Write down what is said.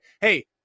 hey